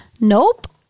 Nope